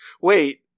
Wait